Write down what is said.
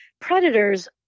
predators